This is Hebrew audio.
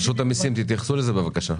רשות המסים, תתייחסו לזה, בבקשה.